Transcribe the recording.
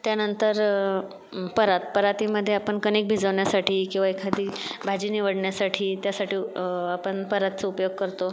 त्यानंतर परात परातीमध्ये आपण कणीक भिजवण्यासाठी किंवा एखादी भाजी निवडण्यासाठी त्यासाठी उप आपण परातचा उपयोग करतो